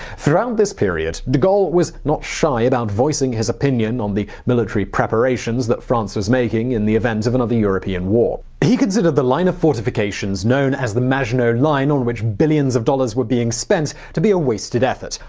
throughout this period, de gaulle was not shy about voicing his opinion on the military preparations that france was making in the event of another european war. he considered the line of fortifications known as the maginot line, on which billions of dollars was being spent, to be a wasted effort.